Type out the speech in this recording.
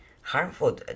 harmful